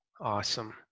Awesome